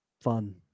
Fun